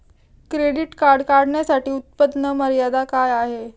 Credit card काढण्यासाठी उत्पन्न मर्यादा काय आहे?